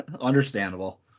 Understandable